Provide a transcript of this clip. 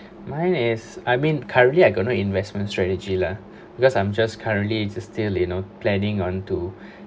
mine is I mean currently I got no investment strategy lah because I'm just currently is still you know planning onto